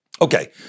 Okay